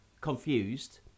confused